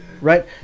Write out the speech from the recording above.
right